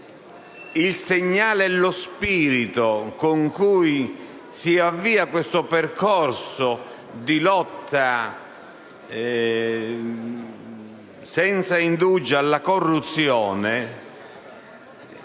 il segnale e lo spirito con cui si avvia questo percorso di lotta senza indugi alla corruzione,